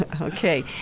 Okay